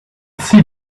see